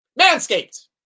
Manscaped